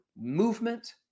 movement